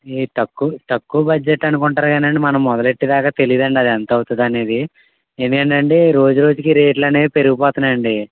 మీరు తక్కువ తక్కువ బడ్జెట్ అనుకుంటారు కానీ అండి మనం మొదలెట్టేదాకా తెలియదండి అది ఎంతవుతదో అనేది ఎందుకంటే అండి రోజు రోజుకీ రేట్లు అనేటవి పెరిగిపోతున్నాయండి